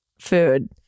food